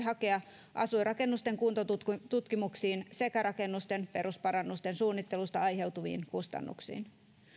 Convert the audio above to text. hakea asuinrakennusten kuntotutkimuksiin sekä rakennusten perusparannusten suunnittelusta aiheutuviin kustannuksiin